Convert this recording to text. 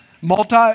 Multi